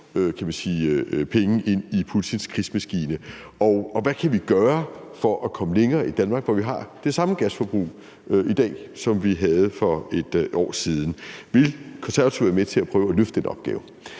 kan man sige, penge ind i Putins krigsmaskine. Hvad kan vi gøre for at komme længere i Danmark, hvor vi har det samme gasforbrug i dag, som vi havde for et år siden? Vil Konservative være med til at prøve at løfte den opgave?